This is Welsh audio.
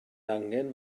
angen